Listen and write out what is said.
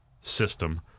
system